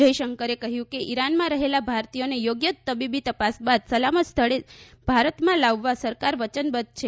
જયશંકરે કહ્યું કે ઇરાનમાં રહેલા ભારતીયોને યોગ્ય તબીબી તપાસ બાદ સલામત રીતે ભારતમાં લાવવા સરકાર વચનબધ્ધ છે